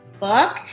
book